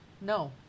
no